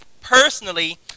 personally